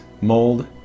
mold